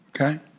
okay